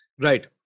Right